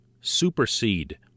supersede